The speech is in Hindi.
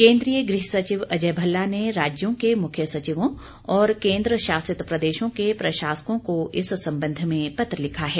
केन्द्रीय गृह सचिव अजय भल्ला ने राज्यों के मुख्य सचिवों और केन्द्र शासित प्रदेशों के प्रशासकों को इस संबंध में पत्र लिखा है